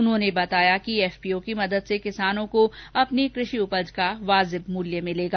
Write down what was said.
उन्होंने कहा कि एफपीओ की मदद से किसानों को अपनी कृषि उपज का वाजिब मूल्य मिलेगा